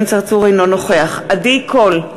אינו נוכח עדי קול,